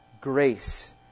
grace